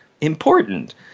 Important